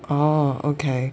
oh okay